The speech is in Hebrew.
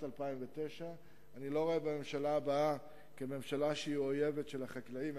2009. אני לא רואה בממשלה הבאה אויבת של החקלאים,